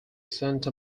santa